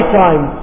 time